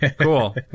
Cool